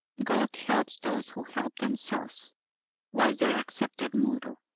god helps those who help themselves was their accepted motto.